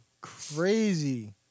Crazy